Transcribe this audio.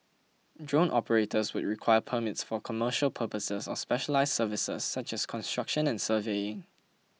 drone operators would require permits for commercial purposes or specialised services such as construction and surveying